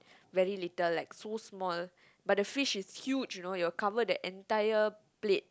very little like so small but the fish is huge you know it'll cover the entire plate